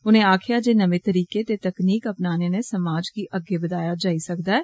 उनें आक्खेआ जे नमें तरीकें ते तकनीक अपनाने ने समाज गी अग्गे बदाया जाई सकदा ऐ